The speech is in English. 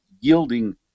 yielding